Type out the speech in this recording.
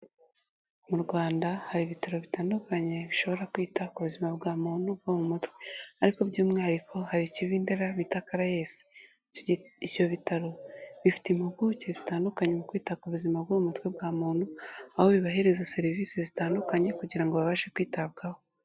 Mu Rwanda hari ibitaro bitandukanye bishobora kwita ku buzima bwa muntu bwo mu mutwe, ariko by'umwihariko hari ikiba i Ndera bita Caraes. Ibyo bitaro bifite impuguke zitandukanye mu kwita ku buzima bwo mu mutwe bwa muntu, aho bibahereza serivisi zitandukanye kugira ngo babashe kwitabwaho.